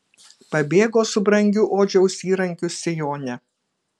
pabėgo su brangiu odžiaus įrankiu sijone